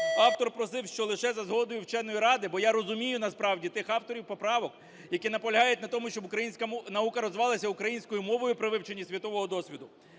автор просив, що лише за згодою вченої ради, бо я розумію насправді тих авторів поправок, які наполягають на тому, щоб українська наука розвивалася українською мовою при вивченні світового досвіду.